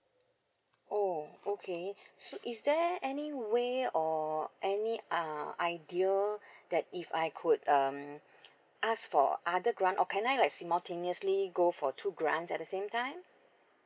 oh okay so is there any way or any uh idea that if I could um ask for other grant or can I like simultaneously go for two grant at the same time